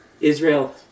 Israel